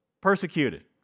persecuted